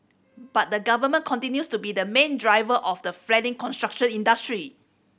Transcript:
but the Government continues to be the main driver of the flagging construction industry